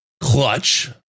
clutch